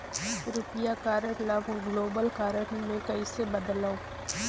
रुपिया कारड ल global card मे कइसे बदलव?